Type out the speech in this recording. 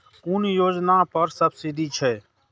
कुन योजना पर सब्सिडी छै?